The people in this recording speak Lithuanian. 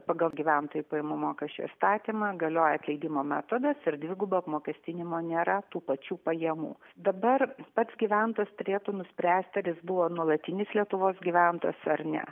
pagal gyventojų pajamų mokesčio įstatymą galioja atleidimo metodas ir dvigubo apmokestinimo nėra tų pačių pajamų dabar pats gyventojas turėtų nuspręsti ar jis buvo nuolatinis lietuvos gyventojas ar ne